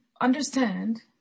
understand